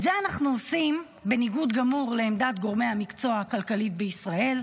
את זה אנחנו עושים בניגוד גמור לעמדת גורמי המקצוע הכלכלי בישראל.